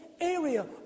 area